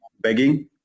begging